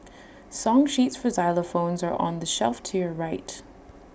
song sheets for xylophones are on the shelf to your right